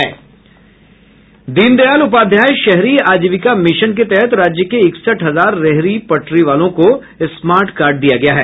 दीन दयाल उपाध्याय शहरी आजीविका मिशन के तहत राज्य के इकसठ हजार रेहरी पटरी वालों को स्मार्ट कार्ड दिया गया है